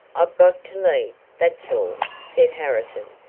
i've got to leave, that's all, said harrison,